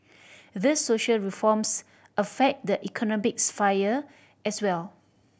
these social reforms affect the economic sphere as well